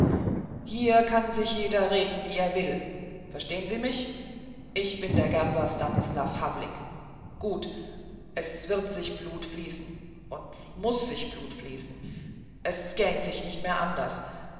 hier kann sich jeder reden wie er will verstähn sie mich ich bin der gerber stanislaw havlik gut es wird sich blut fließen und muß sich blut fließen es gäht sich nicht mehr anderst